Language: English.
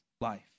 life